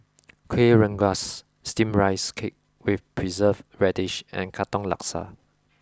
kuih rengas steamed rice cake with preserved radish and Katong Laksa